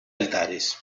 altares